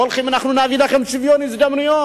ואומרים: אנחנו נביא לכם שוויון הזדמנויות.